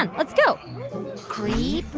and let's go creep,